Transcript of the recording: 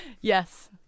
yes